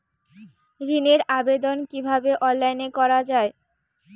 ঋনের আবেদন কিভাবে অনলাইনে করা যায়?